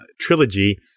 trilogy